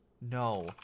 No